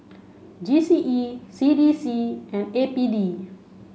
G C E C D C and A P D